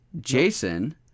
Jason